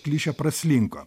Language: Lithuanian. klišė praslinko